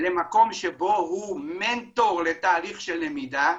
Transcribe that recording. למקום שבו הוא מנטור לתהליך של למידה.